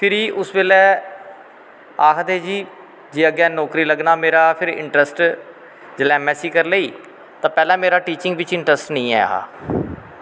फिरी उस बेल्लै आखदे जी अग्गैं फिर नौकरी लग्गना फिर मेरा इंट्रस्ट जिसलै ऐम ऐस सी कर लेई तां पैह्लैं मेरे टीचिंग बिच्च मेरा इंट्रस्ट नेंई ऐहा